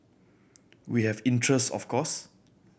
we have interest of course